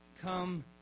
come